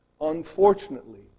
Unfortunately